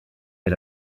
est